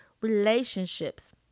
relationships